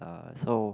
uh so